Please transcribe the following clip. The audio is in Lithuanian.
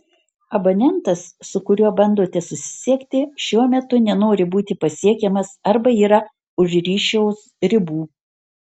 abonentas su kuriuo bandote susisiekti šiuo metu nenori būti pasiekiamas arba yra už ryšio ribų